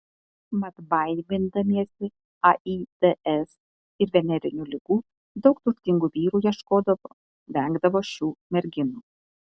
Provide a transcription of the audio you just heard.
mat baimindamiesi aids ir venerinių ligų daug turtingų vyrų ieškodavo vengdavo šių merginų